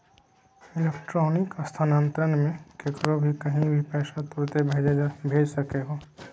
electronic स्थानान्तरण मे केकरो भी कही भी पैसा तुरते भेज सको हो